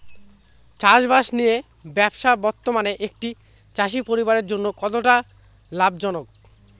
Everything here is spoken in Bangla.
চাষবাষ নিয়ে ব্যবসা বর্তমানে একটি চাষী পরিবারের জন্য কতটা লাভজনক?